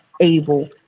able